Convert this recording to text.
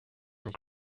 from